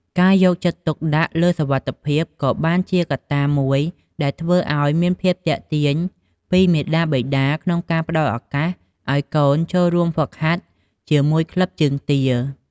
ការយកចិត្តទុកដាក់លើសុវត្ថិភាព ក៏បានជាកត្តាមួយដែលធ្វើឲ្យមានភាពទាក់ទាញពីមាតាបិតា ក្នុងការផ្តល់ឱកាសឲ្យកូនចូលរួមហ្វឹកហាត់ជាមួយក្លឹបជើងទា។